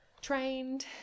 trained